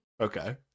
Okay